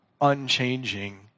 unchanging